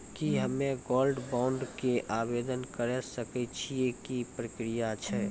की हम्मय gold bond के आवदेन करे सकय छियै, की प्रक्रिया छै?